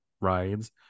rides